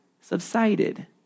subsided